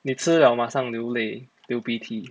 你吃了马上流泪流鼻涕